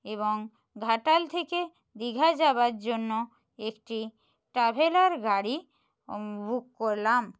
এবং ঘাটাল থেকে দীঘা যাবার জন্য একটি ট্রাভেলার গাড়ি বুক করলাম